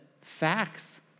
facts